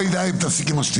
די, תפסיק עם השטויות.